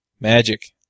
Magic